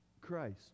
Christ